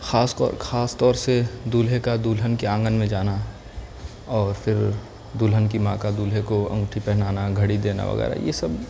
خاص خاص طور سے دلہے کا دلہن کے آنگن میں جانا اور پھر دلہن کی ماں کا دلہے کو انگھوٹی پہنانا گھڑی دینا وغیرہ یہ سب